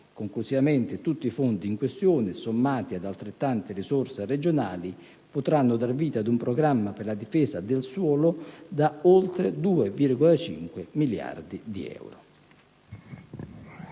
Conclusivamente, tutti i fondi in questione, sommati ad altrettante risorse regionali, potranno dar vita ad un programma per la difesa del suolo da oltre 2,5 miliardi di euro.